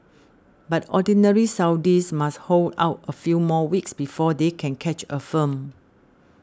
but ordinary Saudis must hold out a few more weeks before they can catch a film